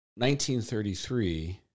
1933